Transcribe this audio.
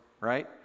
right